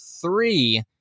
three